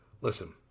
Listen